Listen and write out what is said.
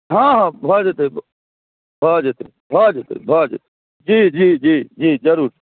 हँ हँ भऽ जेतै भऽ जेतै भऽ जेतै भऽ जेतै जी जी जी जी जरूर